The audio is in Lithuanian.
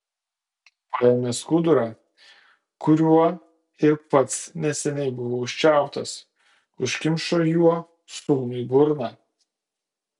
paėmė skudurą kuriuo ir pats neseniai buvo užčiauptas užkimšo juo sūnui burną